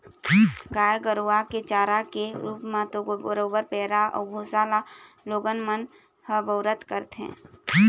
गाय गरुवा के चारा के रुप म तो बरोबर पैरा अउ भुसा ल लोगन मन ह बउरबे करथे